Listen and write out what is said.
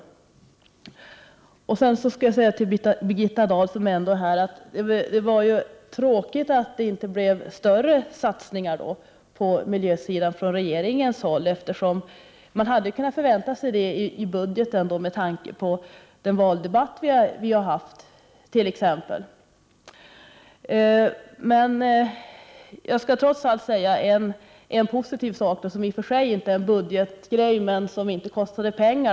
Till Birgitta Dahl som är här i dag vill jag säga att det var tråkigt att det inte blev större satsningar på miljön från regeringens sida. Man hade kunnat förvänta sig det i budgeten med tanke på den valdebatt vi hade. Jag skall trots allt säga en positiv sak. Det är i och för sig inte en budgetfråga, men det kostar inte heller pengar.